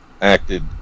acted